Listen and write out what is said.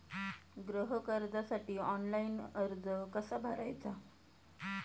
गृह कर्जासाठी ऑनलाइन अर्ज कसा भरायचा?